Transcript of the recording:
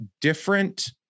different